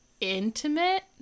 intimate